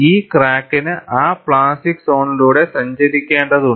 ഈ ക്രാക്കിന് ആ പ്ലാസ്റ്റിക് സോണിലൂടെ സഞ്ചരിക്കേണ്ടതുണ്ട്